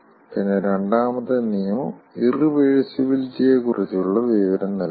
പിന്നെ രണ്ടാമത്തെ നിയമം ഇറിവേഴ്സിബിലിറ്റി യെ കുറിച്ചുള്ള വിവരം നൽകുന്നു